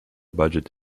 budget